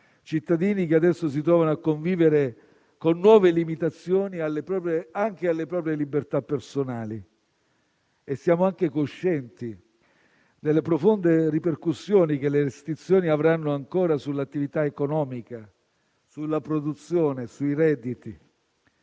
Cittadini che adesso si trovano a convivere con nuove limitazioni anche alle proprie libertà personali. E siamo anche coscienti delle profonde ripercussioni che le restrizioni avranno ancora sull'attività economica, sulla produzione e sui redditi.